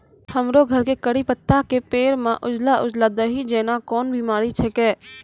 हमरो घर के कढ़ी पत्ता के पेड़ म उजला उजला दही जेना कोन बिमारी छेकै?